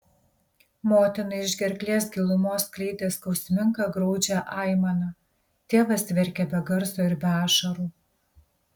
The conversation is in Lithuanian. motina iš gerklės gilumos skleidė skausmingą graudžią aimaną tėvas verkė be garso ir be ašarų